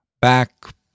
back